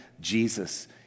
Jesus